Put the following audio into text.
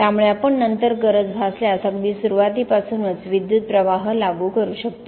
त्यामुळेआपण नंतर गरज भासल्यास अगदी सुरुवातीपासूनच विद्युतप्रवाह लागू करू शकतो